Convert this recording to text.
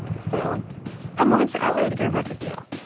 so i'm moving to l a. to get a record deal.